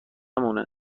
مونه